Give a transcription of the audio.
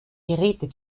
geräte